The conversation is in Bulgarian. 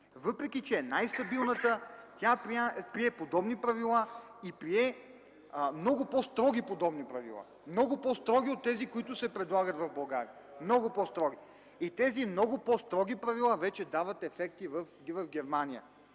въпреки че е най-стабилната, прие подобни правила. Много по-строги подобни правила – много по-строги от тези, които се предлагат в България. Тези много по-строги правила вече дават ефект в Германия.